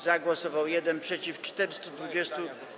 Za głosował 1, przeciw - 420.